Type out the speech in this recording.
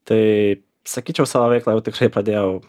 tai sakyčiau savo veiklą jau tikrai padėjau